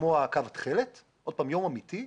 כמו הקו בתכלת, שוב, יום אמיתי,